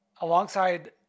alongside